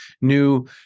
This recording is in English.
new